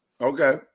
Okay